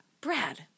Brad